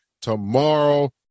tomorrow